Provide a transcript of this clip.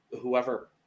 whoever